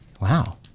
Wow